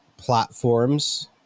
platforms